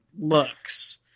looks